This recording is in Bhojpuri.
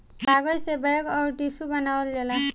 कागज से बैग अउर टिशू बनावल जाला